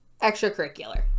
Extracurricular